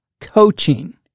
coaching